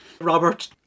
Robert